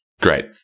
Great